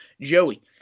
Joey